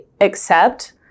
accept